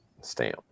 stamp